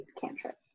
cantrip